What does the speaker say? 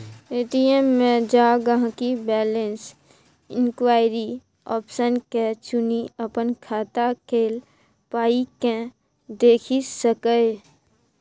ATM मे जा गांहिकी बैलैंस इंक्वायरी आप्शन के चुनि अपन खाता केल पाइकेँ देखि सकैए